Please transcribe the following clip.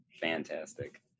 fantastic